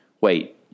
wait